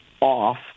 off